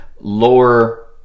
lower